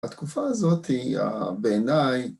התקופה הזאת בעיניי